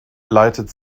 leitet